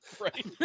Right